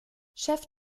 chef